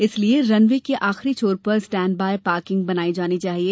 इसलिये रनवे के आखरी छोर पर स्टेण्ड बॉय पार्किंग बनाई जानी चाहिये